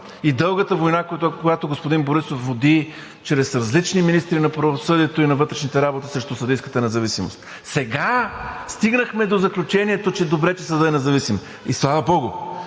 и дългата война, която господин Борисов води чрез различни министри на правосъдието и на вътрешните работи срещу съдийската независимост? Сега стигнахме до заключението – добре, че съдът е независим! И слава богу!